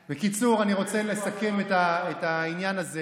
בקיצור, אני רוצה לסכם את העניין הזה